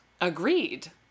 Agreed